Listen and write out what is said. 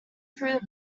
through